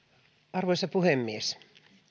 arvoisa puhemies